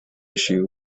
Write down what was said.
issue